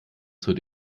zur